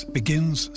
begins